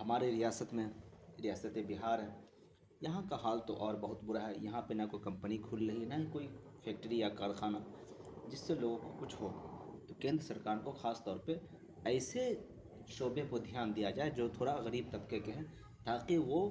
ہمارے ریاست میں ریاست بہار ہے یہاں کا حال تو اور بہت برا ہے یہاں پہ نہ تو کوئی کمپنی کھل رہی ہے نہ ہی کوئی فیکٹری یا کارخانہ جس سے لوگوں کو کچھ ہو تو کیندر سرکار کو خاص طور پہ ایسے شعبے کو دھیان دیا جائے جو تھوڑا غریب طبقے کے ہیں تاکہ وہ